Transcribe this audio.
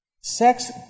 sex